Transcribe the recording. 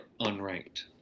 unranked